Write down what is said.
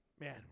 man